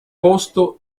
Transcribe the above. posto